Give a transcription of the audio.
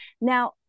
Now